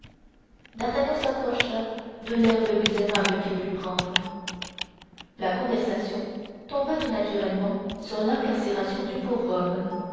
d'artagnan s'approcha de l'air le plus aimable qu'il put prendre la conversation tomba tout naturellement sur l'incarcération du pauvre homme